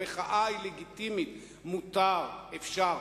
מחאה היא לגיטימית, מותר, אפשר.